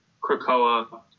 krakoa